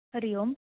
हरिः ओम्